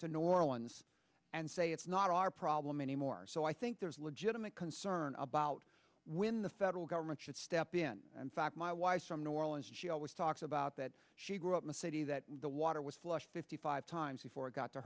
to new orleans and say it's not our problem anymore so i think there's a legitimate concern about when the federal government should step in and fact my wife from new orleans she always talks about that she grew up in a city that the water was flush fifty five times before i got to